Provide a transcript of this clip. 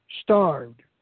starved